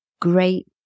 great